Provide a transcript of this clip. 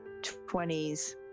20s